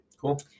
Cool